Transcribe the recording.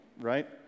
right